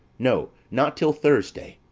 no, not till thursday.